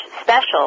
special